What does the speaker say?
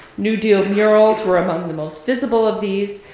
new deal murals were among the most visible of these,